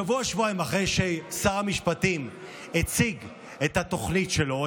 שבוע-שבועיים אחרי ששר המשפטים הציג את התוכנית שלו,